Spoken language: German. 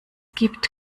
gibt